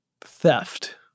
theft